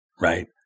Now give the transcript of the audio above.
right